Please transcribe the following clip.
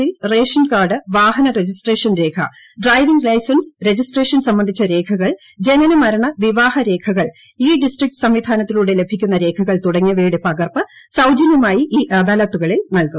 C ration card വാഹന registration രേഖ driving licence registration സംബന്ധിച്ച രേഖകൾ ജനനമരണ വിവാഹ രേഖകൾ ഇ ഡിസ്ട്രിക്റ്റ് സംവിധാനത്തിലൂടെ ലഭിക്കുന്ന രേഖകൾ തുടങ്ങിയവയുടെ പകർപ്പ് സൌജനൃമായി ഈ അദാലത്തുകളിൽ നൽകും